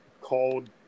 called